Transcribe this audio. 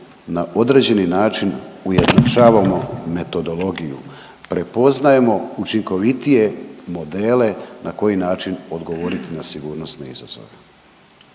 na određeni način ujednačavamo metodologiju, prepoznajemo učinkovitije modele na koji način odgovoriti na sigurnosne izazove.